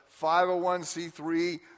501c3